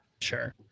Sure